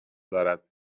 دارد